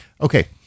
okay